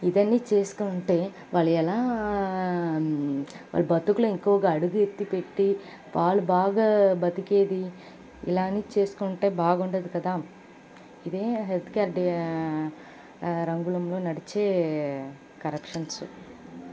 ఇదని చేస్కుంటే వాళ్ళు ఎలా వాళ్ళు బతుకులెక్కువగా అడుగెత్తి పెట్టి వాళ్ళు బాగా బతికేది ఇలాని చేస్కుంటే బాగుండదు కదా ఇదే హెల్త్ కేర్డీ రంగుళంలో నడిచే కరప్షన్సు